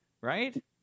right